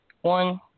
One